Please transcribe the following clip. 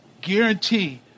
Guarantee